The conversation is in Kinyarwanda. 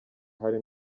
hari